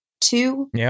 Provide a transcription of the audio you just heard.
Two